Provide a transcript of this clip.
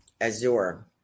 Azure